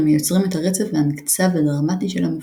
היוצרים את הרצף והמקצב הדרמטי של המופע.